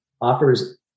offers